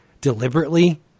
deliberately